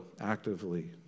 actively